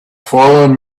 following